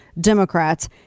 Democrats